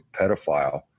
pedophile